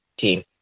team